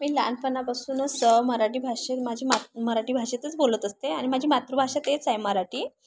मी लहानपणापासूनच मराठी भाषेत माझी मात मराठी भाषेतच बोलत असते आणि माझी मातृभाषा तेच आहे मराठी